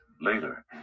Later